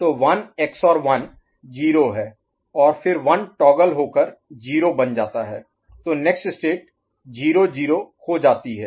तो 1 XOR 1 0 है और फिर 1 टॉगल हो कर 0 बन जाता है तो नेक्स्ट स्टेट 0 0 हो जाती है